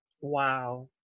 Wow